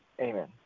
Amen